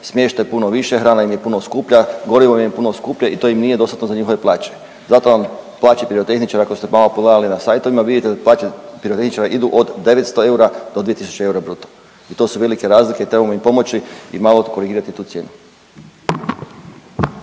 smještaj puno više, hrana im je puno skuplja, gorivo im je puno skuplje i to im nije dostatno za njihove plaće. Zato vam plaće pirotehničara ako ste malo pogledali na sajtovima vidite da plaće pirotehničara idu od 900 eura do 2.000 eura bruto i to su velike razlike trebamo im pomoći i malo korigirati tu cijenu.